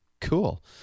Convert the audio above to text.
Cool